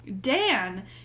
Dan